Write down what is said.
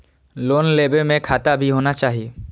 Loan लेबे में खाता भी होना चाहि?